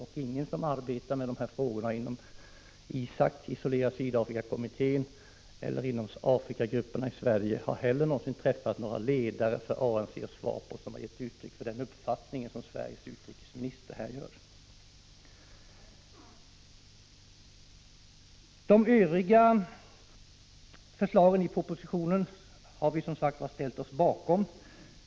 Och ingen som arbetar med de här frågorna inom ISAK - Isolera Sydafrika-kommittén —- eller inom Afrikagrupperna i Sverige har någonsin träffat några ledare för ANC och SWAPO som har givit uttryck för den uppfattningen. De övriga förslagen i propositionen har vi ställt oss bakom.